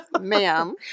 ma'am